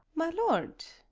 my lord?